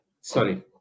Sorry